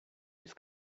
his